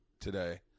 today